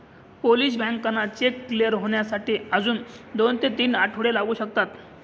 Polish बँकांना cheque clear होण्यासाठी अजून दोन ते तीन आठवडे लागू शकतात